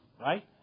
Right